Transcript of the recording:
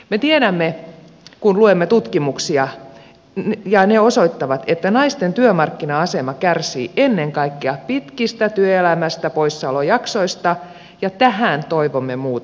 me tiedämme kun luemme tutkimuksia ja ne osoittavat että naisten työmarkkina asema kärsii ennen kaikkea pitkistä poissaolojaksoista työelämästä ja tähän toivomme muutosta